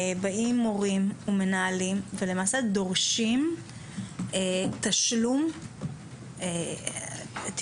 באים מורים ומנהלים ולמעשה דורשים תשלום - תראו,